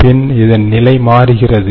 பின் இதன் நிலை மாறுகிறது